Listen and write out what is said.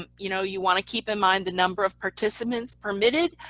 um you know you want to keep in mind the number of participants permitted.